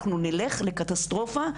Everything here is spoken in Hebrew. אנחנו נלך לקטסטרופה,